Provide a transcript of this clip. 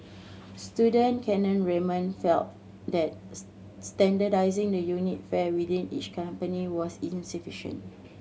student Kane Raymond felt that standardising the unit fare within each company was insufficient